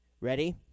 Ready